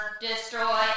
Destroy